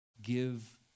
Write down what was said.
give